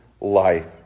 life